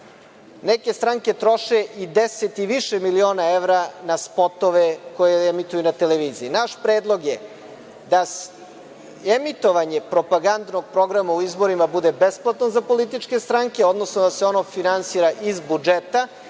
Neke stranke troše i 10 i više miliona evra na spotove koje imituju na televiziji. Naš predlog je da emitovanje propagandnog programa u izborima bude besplatno za političke stranke, odnosno da se ono finansira iz budžeta,